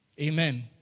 Amen